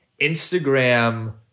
Instagram